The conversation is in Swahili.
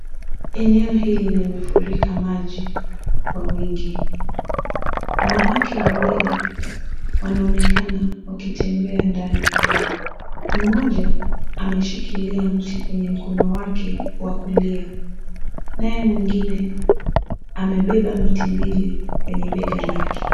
Eneo hili limefurika maji kwa wingi. Wanawake wawili wanaonekana wakitembea ndani. Mmoja ameshikilia mti kwenye mkono wake wa kulia naye mwengine amebeba miti mbili kwenye bega lake.